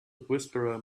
whisperer